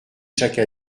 chaque